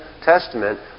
Testament